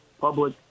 public